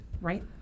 Right